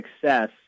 success